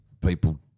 people